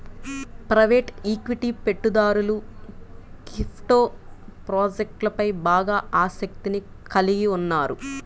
private equity పెట్టుబడిదారులు crypto ప్రాజెక్ట్లపై బాగా ఆసక్తిని కలిగి ఉన్నారు